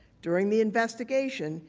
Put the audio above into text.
during the investigation,